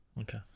Okay